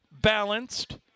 balanced